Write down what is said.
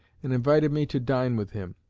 and invited me to dine with him.